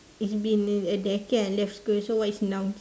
it's been a decade I left school so what is nouns